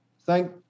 thank